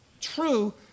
True